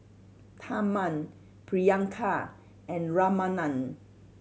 Tharman Priyanka and Ramanand